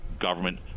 government